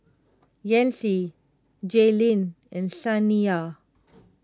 Yancy Jaylyn and Saniya